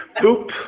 poop